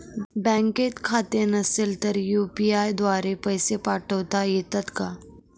बँकेत खाते नसेल तर यू.पी.आय द्वारे पैसे पाठवता येतात का?